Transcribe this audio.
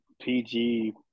PG